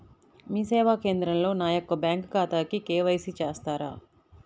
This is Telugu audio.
మీ సేవా కేంద్రంలో నా యొక్క బ్యాంకు ఖాతాకి కే.వై.సి చేస్తారా?